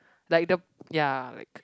like the ya like